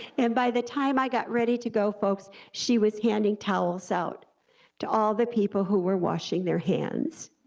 and by the time i got ready to go, folks, she was handing towels out to all the people who were washing their hands.